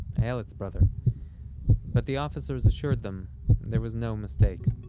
ayelet's brother but the officers assured them there was no mistake